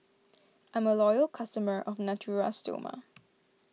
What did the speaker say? I'm a loyal customer of Natura Stoma